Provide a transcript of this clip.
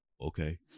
okay